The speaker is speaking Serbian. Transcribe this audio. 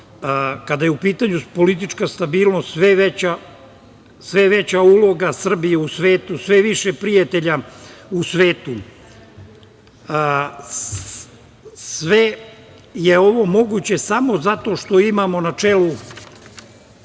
je u pitanju politička stabilnost, sve je veća uloga Srbije u svetu, sve je više prijatelja u svetu. Sve je ovo moguće samo zato što imamo načelu